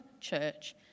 church